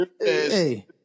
Hey